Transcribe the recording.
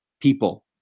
people